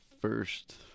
first